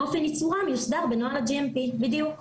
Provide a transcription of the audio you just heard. אופן ייצורם יוסדר בנוהל ה-GMP, בדיוק.